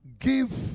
Give